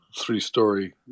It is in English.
three-story